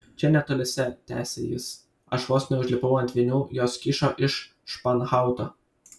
čia netoliese tęsė jis aš vos neužlipau ant vinių jos kyšo iš španhauto